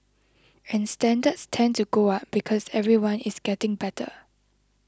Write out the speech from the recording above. and standards tend to go up because everyone is getting better